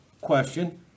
question